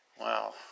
Wow